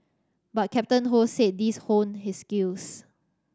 but Captain Ho said these honed his skills